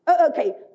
Okay